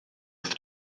wrth